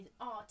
art